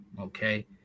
okay